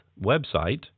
website